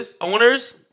Owners